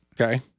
Okay